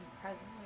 presently